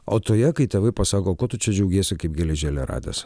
o toje kai tėvai pasako ko tu džiaugiesi kaip geležėlę radęs